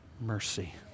mercy